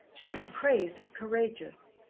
should be praised as courageous.